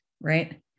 right